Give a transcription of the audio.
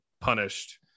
punished